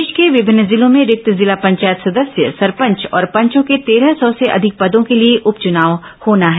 प्रदेश के विभिन्न जिलो में रिक्त जिला पंचायत सदस्य सरपंच और पंचों के तेरह सौ से अधिक पदों के लिए उप चुनाव होना है